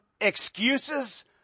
excuses